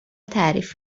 تعریف